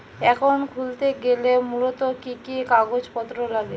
Account খুলতে গেলে মূলত কি কি কাগজপত্র লাগে?